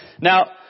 Now